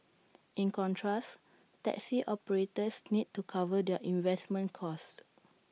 in contrast taxi operators need to cover their investment costs